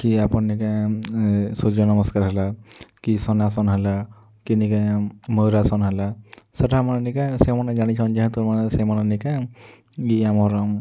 କି ଆପଣ ନିକେ ସୂର୍ଯ୍ୟ ନମସ୍କାର୍ ହେଲା କି ସନାସନ୍ ହେଲା କି ନେଇକେ ମୟୂର୍ ଆସନ୍ ହେଲା ସେଟାମାନେ ନିକେ ସେମନେ ଜାଣିଛନ୍ ଯେହେଁତୁ ସେମନେ ନିକେ ଇ ଆମର୍